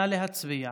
נא להצביע.